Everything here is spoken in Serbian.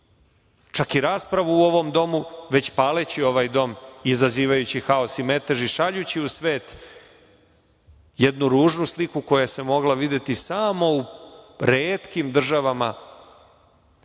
čak i raspravu u ovom domu, već paleći ovaj dom i izazivajući haos i metež i šaljući u svet jednu ružnu sliku koja se mogla videti samo u retkim državama